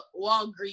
Walgreens